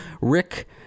Rick